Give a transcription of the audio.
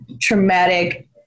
traumatic